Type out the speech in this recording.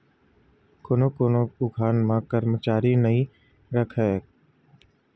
कोनो कोनो उद्यम म करमचारी नइ राखके अपने परवार के मनखे के सहयोग ले बेवसाय ल चलाथे